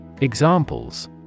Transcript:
Examples